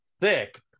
Thick